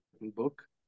book